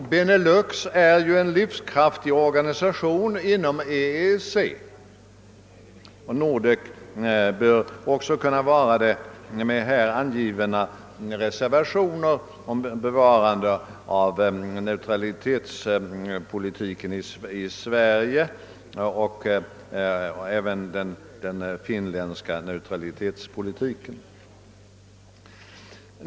Benelux är ju en livskraftig organisation inom EEC, och Nordek bör också kunna vara det, med vanliga reservationer om bevarande av neutralitetspolitiken i Sverige och naturligtvis även i Finland.